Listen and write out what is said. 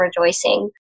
rejoicing